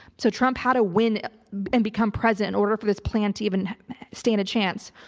so trump had a win and become present in order for this plan to even stand a chance.